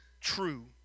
true